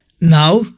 Now